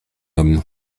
homme